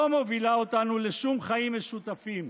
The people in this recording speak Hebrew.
לא מובילה אותנו לשום חיים משותפים,